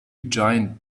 giant